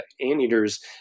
anteaters